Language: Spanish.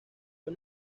fue